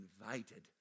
invited